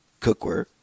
cookware